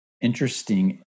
interesting